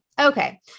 Okay